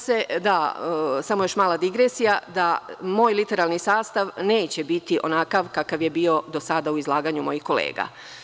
Samo još jedna mala digresija – nadam se da moj literalni sastav neće biti onakav kakav je bio do sada u izlaganju mojih kolega.